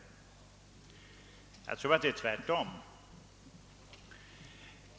Jag tror att det är tvärtom.